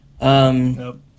Nope